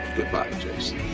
good-bye, jason.